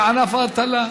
זה ענף ההטלה.